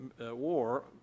war